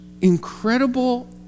incredible